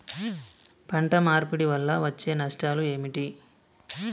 పంట మార్పిడి వల్ల వచ్చే నష్టాలు ఏమిటి?